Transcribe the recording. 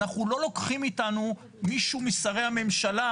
אנחנו לא לוקחים איתנו מישהו משרי הממשלה,